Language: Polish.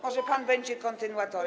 Może pan będzie kontynuatorem.